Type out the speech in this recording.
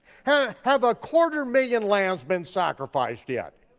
have have a quarter million lambs been sacrificed yet?